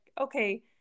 okay